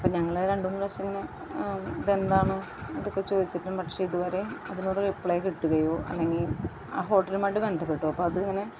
അപ്പം ഞങ്ങള് രണ്ടു മൂന്നു പ്രാവശ്യം ഇങ്ങനെ ഇതെന്താന്ന് ഇതൊക്കെ ചോദിച്ചിട്ട് പക്ഷേ ഇതുവരേയും അതിനോര് റിപ്ലേ കിട്ടുകയോ അല്ലെങ്കിൽ ആ ഹോട്ടലുമായിട്ട് ബന്ധപ്പെട്ടു അപ്പം അതുമിങ്ങനെ